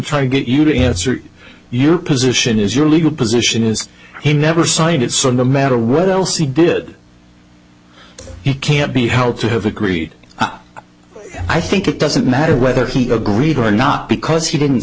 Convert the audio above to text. trying to get you to answer your position is your legal position is he never cited so no matter what else he did he can't be helped to have agreed i think it doesn't matter whether he agreed or not because he didn't